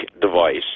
device